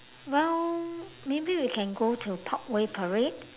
well maybe we can go to parkway parade